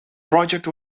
project